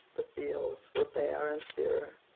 the fields were bare and sere,